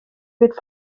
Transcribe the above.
wird